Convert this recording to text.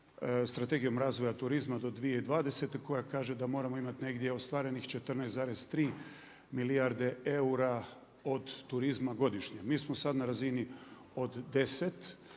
Strategijom razvoja turizma do 2020. koja kaže da moramo imati negdje ostvarenih 14,3 milijarde eura od turizma godišnje. Mi smo sada na razini od 10,